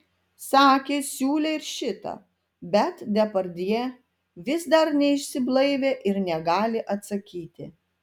sakė siūlė ir šitą bet depardjė vis dar neišsiblaivė ir negali atsakyti